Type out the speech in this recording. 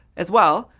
as well,